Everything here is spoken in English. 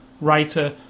writer